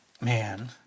Man